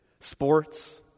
Sports